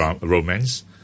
romance